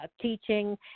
teaching